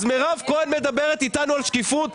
אז מירב כהן מדברת איתנו על שקיפות.